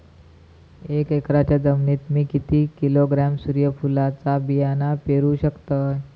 एक एकरच्या जमिनीत मी किती किलोग्रॅम सूर्यफुलचा बियाणा पेरु शकतय?